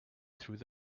through